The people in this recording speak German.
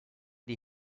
die